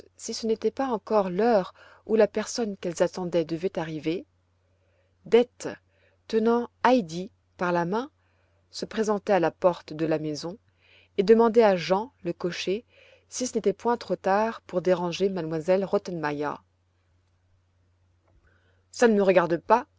si ce n'était pas encore l'heure où la personne qu'elles attendaient devait arriver dete tenant heidi par la main se présentait à la porte de la maison et demandait à jean le cocher si ce n'était point trop tard pour déranger m elle rottenmeier ça ne me regarde pas